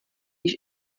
již